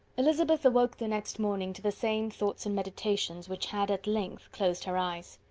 elizabeth awoke the next morning to the same thoughts and meditations which had at length closed her eyes.